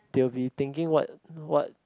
they will be thinking what what